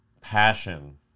passion